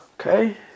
okay